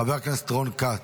חבר הכנסת רון כץ,